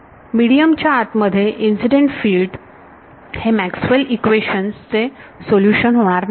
medium च्या आत मध्ये इन्सिडेंट फिल्ड हे मॅक्सवेल इक्वेशन्स Maxwell's equations चे सोल्युशन होणार नाही